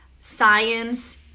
science